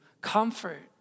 Comfort